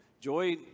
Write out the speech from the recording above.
Joy